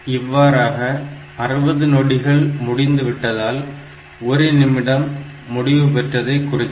இவ்வாறாக 60 நொடிகள் முடிந்துவிட்டதால் ஒரு நிமிடம் முடிவு பெற்றதை குறிக்கும்